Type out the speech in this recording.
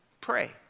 pray